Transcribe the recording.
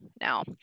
now